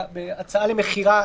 יש לזה מחירים.